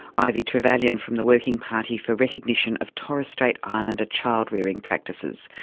ivy trevallion from the working party for recognition of torres strait islander child rearing practices,